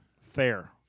Fair